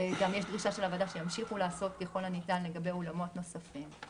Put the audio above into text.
ויש דרישה של הוועדה שימשיכו לעשות ככל הניתן לגבי אולמות נוספים.